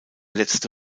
letzte